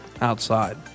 outside